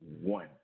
One